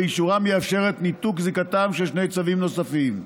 ואישורם יאפשר את ניתוק זיקתם של שני צווים נוספים: